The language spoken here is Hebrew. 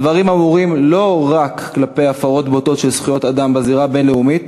הדברים אמורים לא רק כלפי הפרות בוטות של זכויות האדם בזירה הבין-לאומית